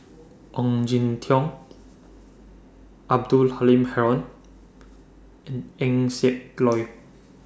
Ong Jin Teong Abdul Halim Haron and Eng Siak Loy